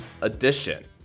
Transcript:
edition